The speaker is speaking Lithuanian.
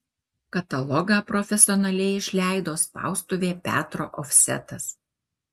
katalogą profesionaliai išleido spaustuvė petro ofsetas